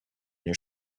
your